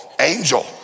angel